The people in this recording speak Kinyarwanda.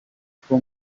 two